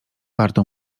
warto